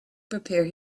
prepare